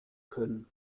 können